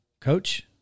Coach